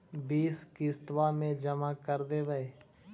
बिस किस्तवा मे जमा कर देवै?